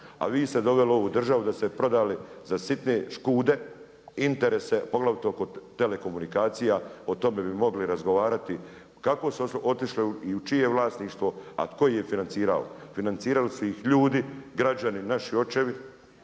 A vi ste doveli ovu državu da ste je prodali za sitne škude, interese poglavito kod telekomunikacija. O tome bi mogli razgovarati kako su otišle i u čije vlasništvo, a tko ih je financirao. Financirali su ih ljudi, građani naši, očevi